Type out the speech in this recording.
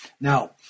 Now